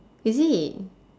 is it